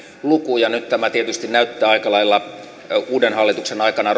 luku ja nyt tämä tietysti näyttää uuden hallituksen aikana